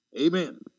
Amen